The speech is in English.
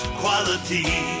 quality